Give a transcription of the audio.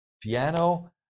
piano